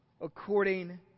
according